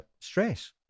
stress